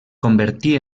convertí